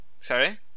Sorry